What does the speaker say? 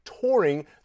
touring